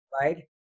right